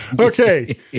Okay